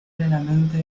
plenamente